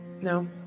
No